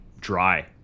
dry